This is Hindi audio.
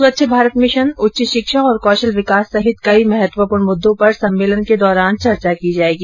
स्वच्छ भारत मिशन उच्च शिक्षा और कौशल विकास सहित कई महतवपूर्ण मुद्दों पर सम्मेलन के दौरान चर्चा की जायेगी